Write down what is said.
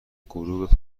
غروب